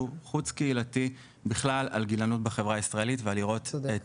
חוץ קהילתי שהוא בכלל על גילנות בחברה הישראלית ולראות את